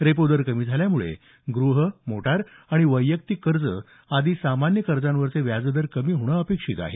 repo दर कमी झाल्यामुळे गृह मोटार आणि वैयक्तिक कर्ज आदी सामान्य कर्जांवरील व्याजदर कमी होणं अपेक्षित आहे